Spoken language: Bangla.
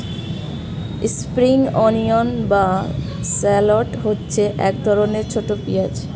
স্প্রিং অনিয়ন বা শ্যালট হচ্ছে এক ধরনের ছোট পেঁয়াজ